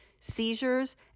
seizures